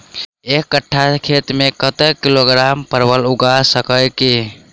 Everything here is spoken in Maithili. एक कट्ठा खेत मे कत्ते किलोग्राम परवल उगा सकय की??